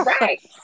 Right